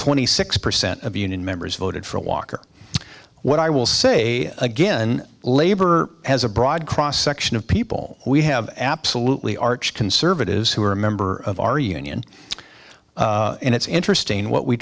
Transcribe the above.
twenty six percent of union members voted for walker what i will say again labor has a broad cross section of people we have absolutely arch conservatives who are a member of our union and it's interesting what we